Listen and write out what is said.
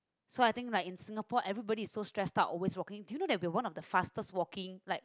so I think like in Singapore everybody is so stress out always walking do you know that they are one of fastest walking like